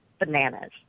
Bananas